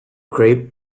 craig